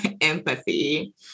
empathy